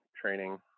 training